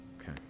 Okay